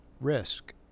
risk